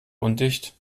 undicht